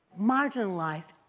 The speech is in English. marginalized